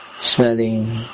smelling